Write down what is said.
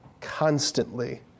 constantly